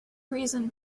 reason